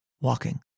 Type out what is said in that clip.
walking